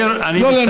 לא,